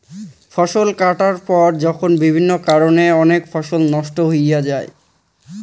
ফসল কাটার পর যখন বিভিন্ন কারণে অনেক ফসল নষ্ট হয়া যাই